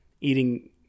eating